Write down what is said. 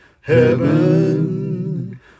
heaven